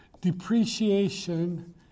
depreciation